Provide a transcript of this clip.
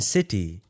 City